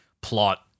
plot